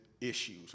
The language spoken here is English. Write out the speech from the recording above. issues